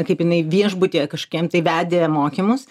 kaip jinai viešbutyje kažkokiam tai vedė mokymus